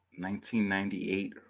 1998